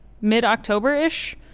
mid-October-ish